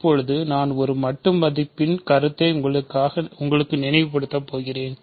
இப்போது நான் ஒரு மட்டு மதிப்பின் கருத்தை உங்களுக்காக நினைவுபடுத்தப் போகிறேன்